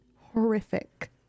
horrific